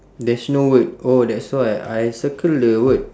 there's no word oh that's why I circle the word